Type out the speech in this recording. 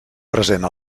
present